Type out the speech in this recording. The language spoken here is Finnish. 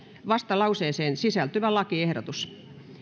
vastalauseeseen sisältyvä lakiehdotus